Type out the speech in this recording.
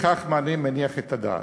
אין לכך מענה מניח את הדעת.